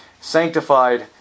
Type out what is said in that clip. sanctified